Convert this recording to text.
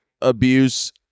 abuse